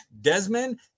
Desmond